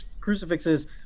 crucifixes